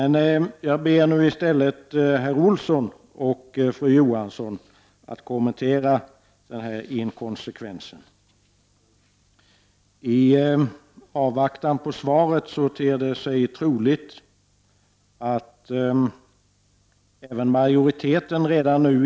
Nu ber jag i stället herr Olsson och fru Johansson att kommentera den här inkonsekvensen. I avvaktan på svaret ter det sig troligt att även majoriteten redan nu inser = Prot.